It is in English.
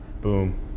Boom